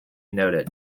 noted